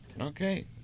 Okay